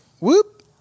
whoop